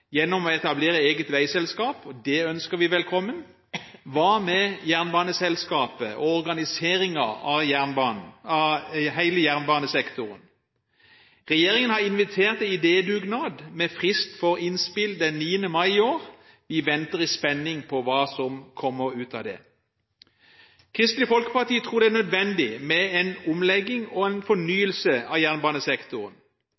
gjennom å etablere eget veiselskap, og det ønsker vi velkommen. Hva med jernbaneselskapet og organiseringen av hele jernbanesektoren? Regjeringen har invitert til idédugnad med frist for innspill den 9. mai i år. Vi venter i spenning på hva som kommer ut av det. Kristelig Folkeparti tror det er nødvendig med en omlegging og en